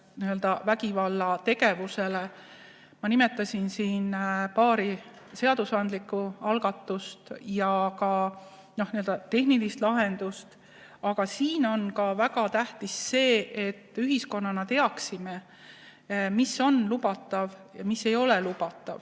vägivallale. Ma nimetasin siin paari seadusandlikku algatust ja n-ö tehnilist lahendust, aga väga tähtis on ka see, et me ühiskonnana teaksime, mis on lubatav ja mis ei ole lubatav.